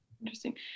Interesting